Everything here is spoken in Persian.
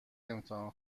امتحان